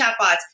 chatbots